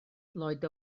lloyd